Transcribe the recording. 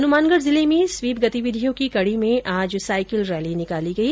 हनुमानगढ़ जिले में स्वीप गतिविधियों की कड़ी में आज साइकिल रैली निकाली गई